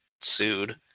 sued